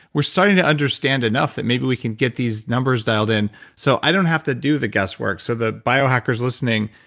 we're starting to understand enough that maybe we can get these numbers dialed in so i don't have to do the guess work. so the biohackers listening,